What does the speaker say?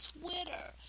Twitter